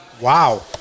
Wow